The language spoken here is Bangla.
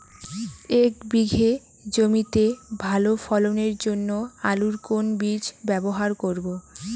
এক বিঘে জমিতে ভালো ফলনের জন্য আলুর কোন বীজ ব্যবহার করব?